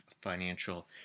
financial